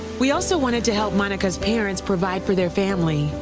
we also wanted to help monica's parents provide for their family.